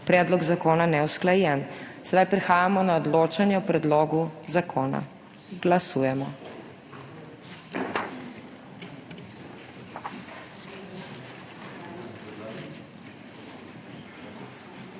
predlog zakona neusklajen. Prehajamo na odločanje o predlogu zakona. Glasujemo.